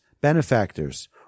benefactors